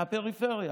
מהפריפריה.